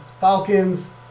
Falcons